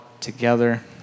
together